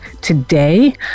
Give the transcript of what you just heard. today